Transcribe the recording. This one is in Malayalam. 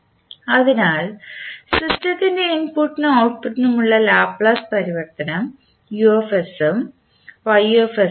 അതിനാൽ സിസ്റ്റത്തിൻറെ ഇൻപുട്ടിനും ഔട്ട്പുട്ടിനുമുള്ള ലാപ്ലേസ് പരിവർത്തനം ഉം ഉം ആണ്